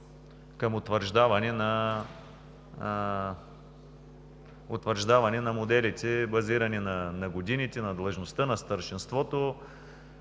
към утвърждаване на моделите, базирани на годините, на длъжността, на старшинството,